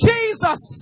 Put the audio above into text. Jesus